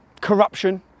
corruption